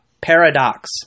paradox